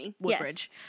Woodbridge